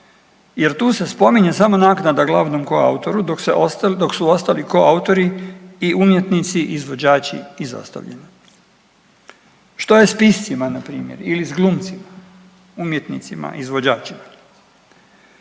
jer tu se spominje samo naknada glavnom koautoru, dok su ostali koautori i umjetnici izvođači izostavljeni. Što je s piscima na primjer, ili s glumcima umjetnicima izvođačima?